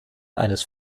eines